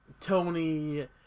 Tony